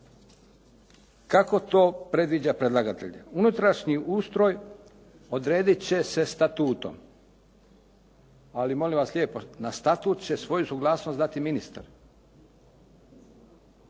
Kako to predviđa predlagatelj? Unutrašnji ustroj odredit će se statutom, ali molim vas lijepo na statut će svoju suglasnost dati ministar.